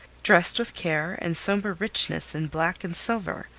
dressed with care and sombre richness in black and silver,